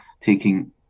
taking